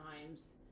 times